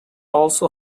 also